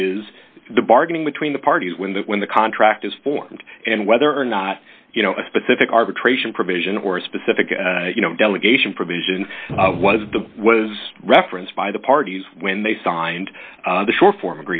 is the bargaining between the parties when the when the contract is formed and whether or not you know a specific arbitration provision or a specific you know delegation provision was the was referenced by the parties when they signed the short form